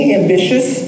ambitious